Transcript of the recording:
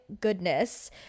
goodness